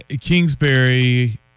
Kingsbury